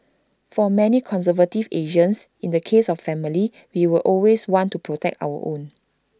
for many conservative Asians in the case of family we will always want to protect our own